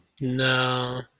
No